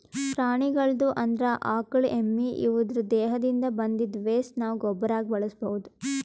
ಪ್ರಾಣಿಗಳ್ದು ಅಂದ್ರ ಆಕಳ್ ಎಮ್ಮಿ ಇವುದ್ರ್ ದೇಹದಿಂದ್ ಬಂದಿದ್ದ್ ವೆಸ್ಟ್ ನಾವ್ ಗೊಬ್ಬರಾಗಿ ಬಳಸ್ಬಹುದ್